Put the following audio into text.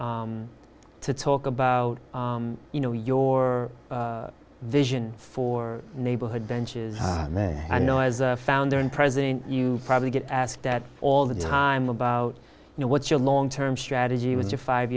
to talk about you know your vision for neighborhood benches i know as a founder and president you probably get asked that all the time about what's your long term strategy with your five